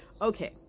Okay